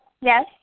Yes